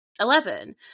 Eleven